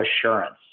assurance